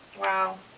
Wow